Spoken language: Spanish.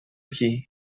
aquí